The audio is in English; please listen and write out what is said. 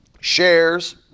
shares